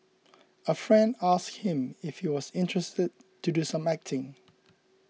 a friend asked him if he was interested to do some acting